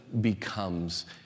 becomes